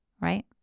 right